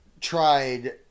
tried